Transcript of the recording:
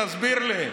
תסביר לי.